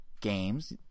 games